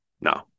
No